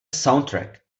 soundtrack